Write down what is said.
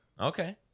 Okay